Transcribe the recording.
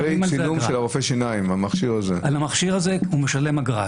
על המכשיר הזה הוא משלם אגרה.